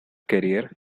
career